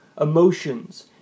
emotions